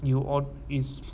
you all is